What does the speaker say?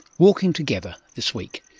walking together this week.